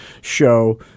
show